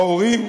ההורים,